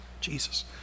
Jesus